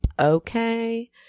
Okay